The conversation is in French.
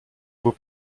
beau